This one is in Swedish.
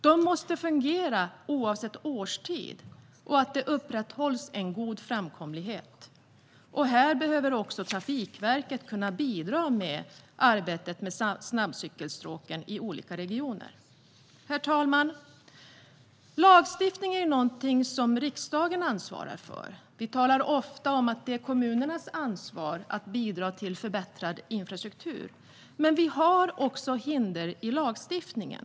De måste fungera oavsett årstid, och det behöver upprätthållas en god framkomlighet. Här behöver också Trafikverket kunna bidra i arbetet med snabbcykelstråken i olika regioner. Herr talman! Lagstiftning är någonting som riksdagen ansvarar för. Vi talar ofta om att det är kommunernas ansvar att bidra till förbättrad infrastruktur, men vi har också hinder i lagstiftningen.